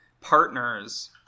partners